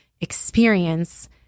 experience